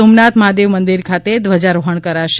સોમનાથ મહાદેવ મંદિર ખાતે ધ્વજારોહણ કરશે